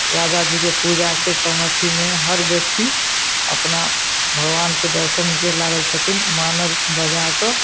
राजाजीके पूजाके समक्षीमे हर व्यक्ति अपना भगवानके दर्शनके लागल छथिन मानर बजाकऽ